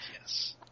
Yes